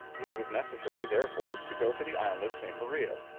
it was necessary therefore to go to the island of st. maria,